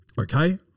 Okay